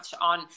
on